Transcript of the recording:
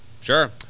Sure